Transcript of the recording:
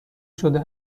شده